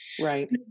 right